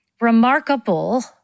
remarkable